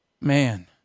man